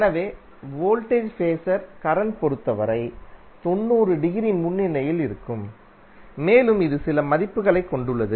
எனவே voltage phasor current பொறுத்தவரை 90 degree முன்னணியில் இருக்கும் மேலும் இது சில மதிப்புகளைக் கொண்டுள்ளது